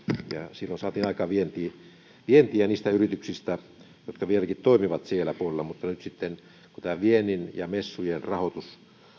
silloin saatiin aikaan vientiä niistä yrityksistä ja ne vieläkin toimivat siellä puolella mutta sitten tämä viennin ja messujen rahoitus